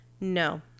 No